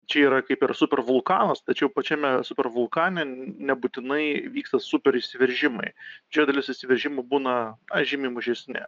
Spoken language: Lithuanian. čia yra kaip ir supervulkanas tačiau pačiame supervulkane nebūtinai vyksta superišsiveržimai didžioji dalis išsiveržimų būna žymiai mažesni